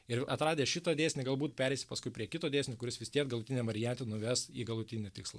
ir atradęs šitą dėsnį galbūt pereisi paskui prie kito dėsnio kuris vis tiek galutiniam variant nuves į galutinį tikslą